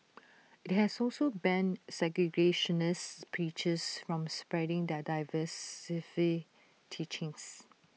IT has also banned segregationist preachers from spreading their divisive teachings